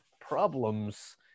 problems